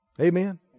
Amen